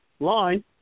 Line